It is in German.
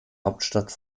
hauptstadt